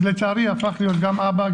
אז לצערי הפכתי להיות גם אמא,